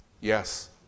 Yes